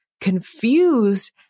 confused